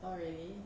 orh really